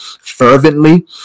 fervently